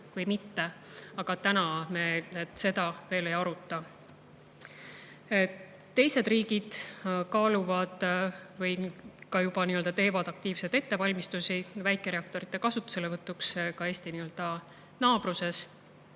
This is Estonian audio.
või mitte. Aga täna me seda veel ei aruta. Teised riigid teevad juba aktiivselt ettevalmistusi väikereaktorite kasutuselevõtuks, ka Eesti naabruses.